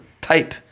type